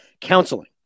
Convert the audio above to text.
counseling